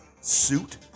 suit